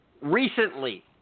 Recently